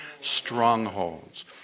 Strongholds